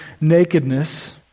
nakedness